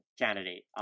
candidate